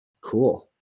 Cool